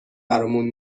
برامون